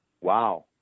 wow